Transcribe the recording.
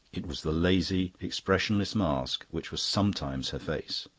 it was the lazy, expressionless mask which was sometimes her face.